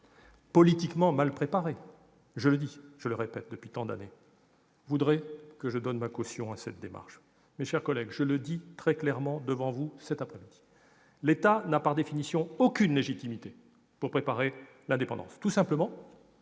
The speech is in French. politiquement mal préparé -je le dis et le répète depuis tant d'années -, voudrait que je donne ma caution à cette démarche ... Mes chers collègues, je vous le dis très clairement : l'État n'a, par définition, aucune légitimité pour préparer l'indépendance, tout simplement